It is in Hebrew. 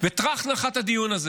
טראח, נחת הדיון הזה.